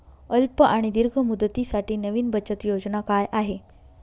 अल्प आणि दीर्घ मुदतीसाठी नवी बचत योजना काय आहे?